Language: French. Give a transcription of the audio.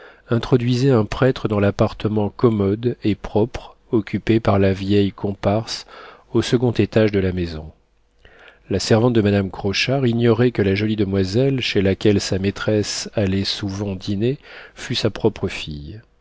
introduisaient un prêtre dans l'appartement commode et propre occupé par la vieille comparse au second étage de la maison la servante de madame crochard ignorait que la jolie demoiselle chez laquelle sa maîtresse allait souvent dîner fût sa propre fille